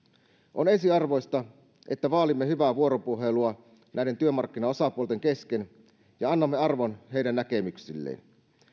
on ensiarvoista että vaalimme hyvää vuoropuhelua työmarkkinaosapuolten kesken ja annamme arvon heidän näkemyksilleen